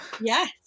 Yes